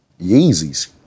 Yeezys